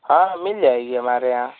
हाँ मिल जाएगी हमारे यहाँ